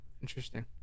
Interesting